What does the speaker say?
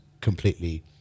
completely